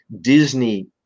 disney